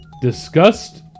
disgust